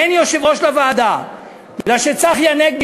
אין יושב-ראש לוועדה מפני שצחי הנגבי,